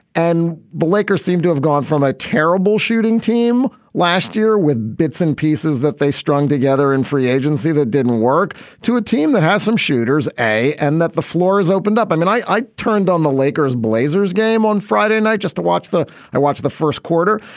and the lakers seem to have gone from a terrible shooting team last year with bits and pieces that they strung together and free agency that didn't work to a team that has some shooters a and that the floor is opened up. and then i turned on the lakers blazers game on friday night just to watch the i watch the first quarter.